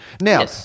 Now